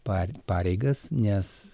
par pareigas nes